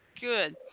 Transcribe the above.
Good